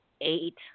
eight